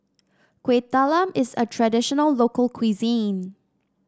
Kuih Talam is a traditional local cuisine